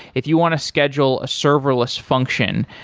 if you want to schedule a serverless function,